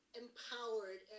empowered